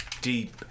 deep